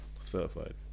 certified